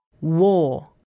War